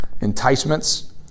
enticements